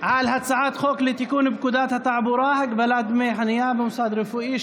על הצעת חוק לתיקון פקודת התעבורה (הגבלת דמי חניה במוסד רפואי),